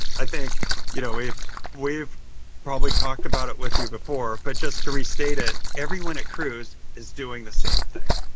i think you know if we've probably talked about it with you before, but just to restate it, everyone at cruise is doing the same thing.